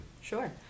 Sure